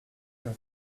here